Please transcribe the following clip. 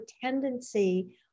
tendency